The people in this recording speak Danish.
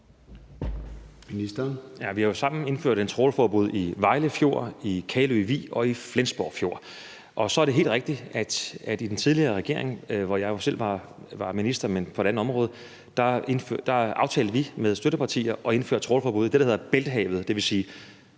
Vi har jo sammen indført et trawlforbud i Vejle Fjord, i Kalø Vig og i Flensborg Fjord. Og så er det helt rigtigt, at vi i den tidligere regering, hvor jeg jo selv var minister, men på et andet område, med støttepartier aftalte at indføre et trawlforbud i det, der hedder Bælthavet,